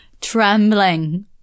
trembling